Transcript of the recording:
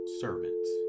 servants